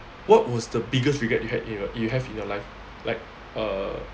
what was the biggest regret you had you have in your life like err